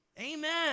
Amen